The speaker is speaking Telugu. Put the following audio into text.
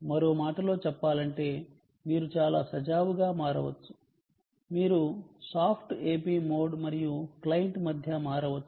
మరో మాటలో చెప్పాలంటే మీరు చాలా సజావుగా మారవచ్చు మీరు సాఫ్ట్ AP మోడ్ మరియు క్లయింట్ మధ్య మారవచ్చు